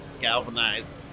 galvanized